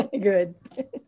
Good